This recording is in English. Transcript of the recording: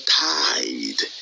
tide